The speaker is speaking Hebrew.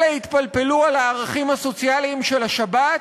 אלה התפלפלו על הערכים הסוציאליים של השבת,